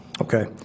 Okay